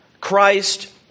Christ